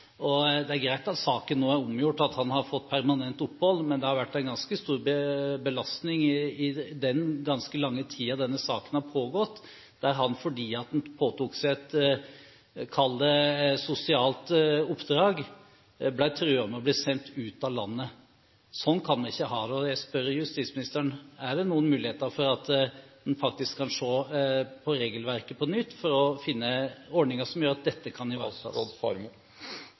Det er greit at saken nå er omgjort, at han har fått permanent opphold. Men det har vært en ganske stor belastning i den ganske lange tiden denne saken har pågått, der han, fordi han påtok seg – kall det – et sosialt oppdrag, ble truet med å bli sendt ut av landet. Sånn kan vi ikke ha det, og jeg spør justisministeren: Er det noen muligheter for at en kan se på regelverket på nytt for å finne ordninger som gjør at dette kan